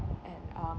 and um